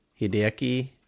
Hideki